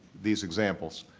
these examples.